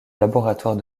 laboratoire